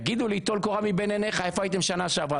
יגידו לי: טול קורה מבין עיניך איפה הייתם שנה שעברה?